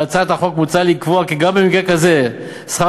בהצעת החוק מוצע לקבוע כי גם במקרה כזה שכר